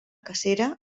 cacera